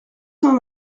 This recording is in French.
cent